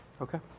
Okay